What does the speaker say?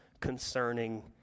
concerning